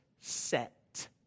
set